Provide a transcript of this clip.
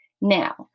Now